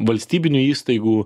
valstybinių įstaigų